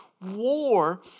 war